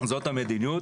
זאת המדיניות.